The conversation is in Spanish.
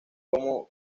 como